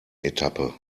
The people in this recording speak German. etappe